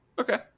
okay